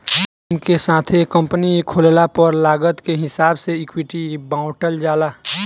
team के साथे company खोलला पर लागत के हिसाब से इक्विटी बॉटल जाला